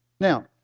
now